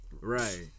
Right